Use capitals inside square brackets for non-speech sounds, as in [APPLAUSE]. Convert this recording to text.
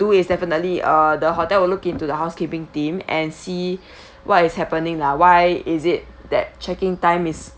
do is definitely uh the hotel will look into the housekeeping team and see [BREATH] what is happening lah why is it that checking time is